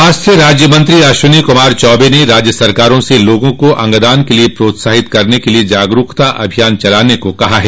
स्वास्थ्य राज्यमंत्री अश्विनी कुमार चौबे ने राज्य सरकारों से लोगों को अंगदान के लिए प्रोत्साहित करने के लिए जागरूकता अभियान चलाने को कहा है